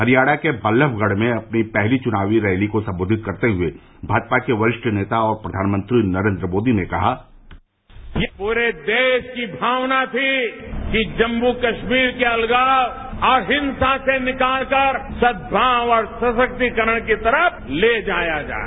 हरियाणा में बल्लभगढ़ में कल अपनी पहली चुनाव रैली को संबोधित करते हुए भाजपा के वरिष्ठ नेता और प्रधानमंत्री नरेन्द्र मोदी ने कहा कि ये पूरे देश की भावना थी कि जम्मू कश्मीर को अलगाव और हिंसा से निकाल कर सद्भाव और सशक्तिकरण की तरफ ले जाया जाए